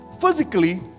Physically